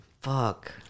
Fuck